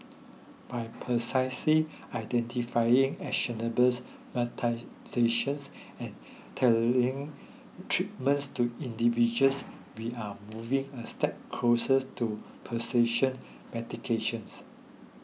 by precisely identifying and tailoring treatments to individuals we are moving a step closes to medications